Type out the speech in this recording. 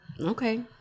Okay